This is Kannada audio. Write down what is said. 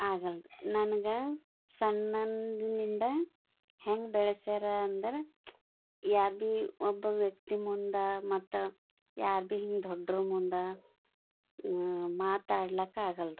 ಆಗಲ್ದು ನನ್ಗೆ ಸಣ್ಣಂದಿಂದ ಹೆಂಗೆ ಬೆಳೆಸ್ಯಾರ ಅಂದ್ರೆ ಯಾರು ಭೀ ಒಬ್ಬ ವ್ಯಕ್ತಿ ಮುಂದೆ ಮತ್ತು ಯಾರು ಭೀ ಹಿಂಗೆ ದೊಡ್ಡೋರ ಮುಂದೆ ಮಾತಾಡ್ಲಿಕ್ಕೆ ಆಗಲ್ದು